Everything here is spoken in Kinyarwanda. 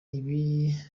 ibi